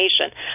nation